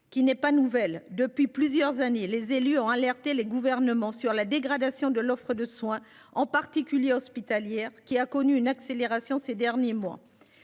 Qui n'est pas nouvelle. Depuis plusieurs années, les élus ont alerté le gouvernement sur la dégradation de l'offre de soins en particulier hospitalière qui a connu une accélération ces derniers mois.